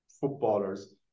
footballers